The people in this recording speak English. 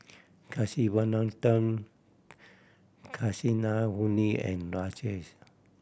Kasiviswanathan Kasinadhuni and Rajesh